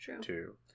true